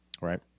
Right